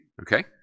okay